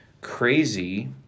crazy